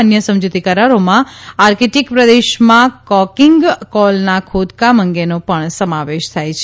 અન્ય સમજૂતી કરારોમાં આર્કીટીક પ્રદેશમાં કોકિંગ કોલના ખોદકામ અંગેનો પણ સમાવેશ થાય છે